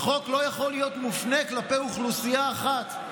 החוק לא יכול להיות מופנה כלפי אוכלוסייה אחת.